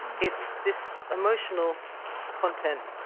it's this emotional content.